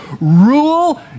Rule